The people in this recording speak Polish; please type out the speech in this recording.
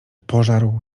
pożarł